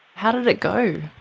how did it go?